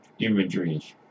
imagery